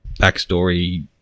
backstory